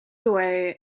away